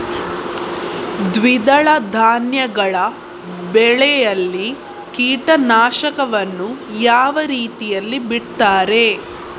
ದ್ವಿದಳ ಧಾನ್ಯಗಳ ಬೆಳೆಯಲ್ಲಿ ಕೀಟನಾಶಕವನ್ನು ಯಾವ ರೀತಿಯಲ್ಲಿ ಬಿಡ್ತಾರೆ?